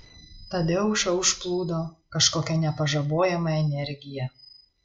tadeušą užplūdo kažkokia nepažabojama energija